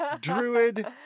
Druid